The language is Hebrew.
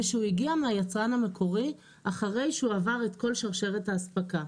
ושהוא הגיע מהיצרן המקורי אחרי שהוא עבר את כל שרשרשת אספקה.